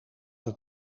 het